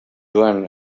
joan